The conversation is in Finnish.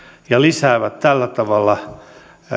ja lisäävät tällä tavalla